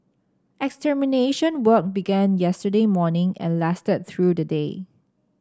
extermination work began yesterday morning and lasted through the day